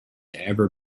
ever